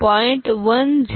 610 10111